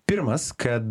pirmas kad